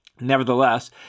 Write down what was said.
Nevertheless